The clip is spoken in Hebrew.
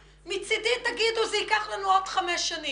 מצדי תאמרו שזה ייקח לכם עוד חמש שנים,